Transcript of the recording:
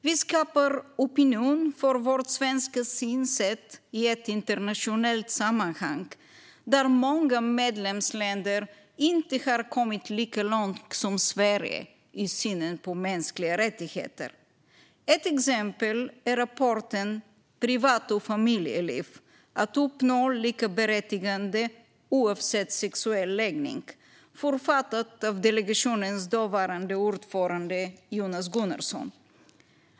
Vi skapar opinion för vårt svenska synsätt i ett internationellt sammanhang där många medlemsländer inte har kommit lika långt som Sverige i synen på mänskliga rättigheter. Ett exempel är rapporten Privatliv och familjeliv: likaberättigande oavsett sexuell läggning , författad av delegationens dåvarande ordförande Jonas Gunnarsson.